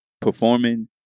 performing